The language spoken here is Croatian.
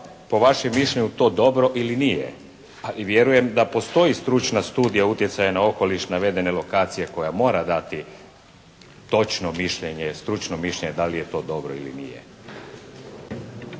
po vašem mišljenju to dobro ili nje i vjerujem da postoji Stručna studija utjecaja na okoliš navedene lokacije koja mora dati točno mišljenje, stručno mišljenje da li je to dobro ili nije.